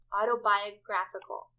Autobiographical